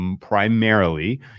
primarily